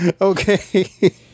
Okay